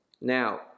Now